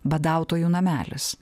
badautojų namelis